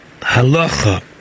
Halacha